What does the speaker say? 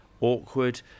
awkward